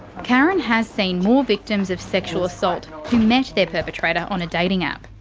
karen has seen more victims of sexual assault who met their perpetrator on a dating app.